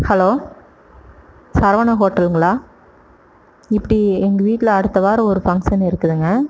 hello Saravana ஹோட்டலுங்களா இப்படி எங்கள் வீட்டில் அடுத்த வாரம் ஒரு ஃபங்க்ஷன் இருக்குதுங்க